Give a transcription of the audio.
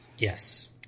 Yes